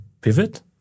pivot